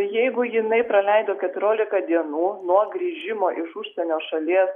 jeigu jinai praleido keturioliką dienų nuo grįžimo iš užsienio šalies